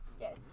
Yes